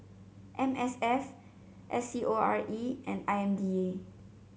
M S F S C O R E and I M D A